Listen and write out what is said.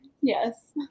Yes